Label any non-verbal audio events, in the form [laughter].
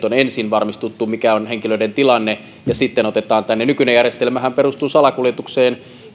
[unintelligible] on ensin varmistuttu mikä on henkilöiden tilanne ja sitten otetaan tänne nykyinen järjestelmähän perustuu salakuljetukseen